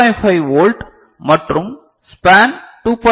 5 volt மற்றும் span 2